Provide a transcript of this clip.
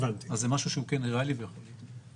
זה משהו שהוא כן ריאלי ויכול להיות.